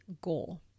goal